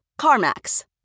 CarMax